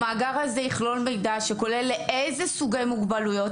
המאגר הזה יכלול מידע שכולל לאיזה סוגי מוגבלויות,